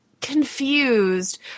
confused